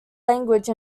language